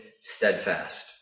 steadfast